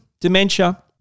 dementia